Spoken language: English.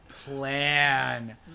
Plan